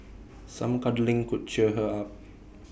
some cuddling could cheer her up